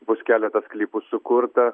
bus keletas klipų sukurta